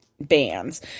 bands